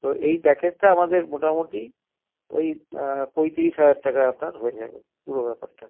তো এই প্যাকেজটা আমাদের মোটামুটি ওই পঁয়ত্রিশ হাজার টাকায় আপনার হয়ে যাবে পুরো ব্যাপারটা